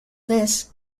this